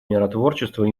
миротворчества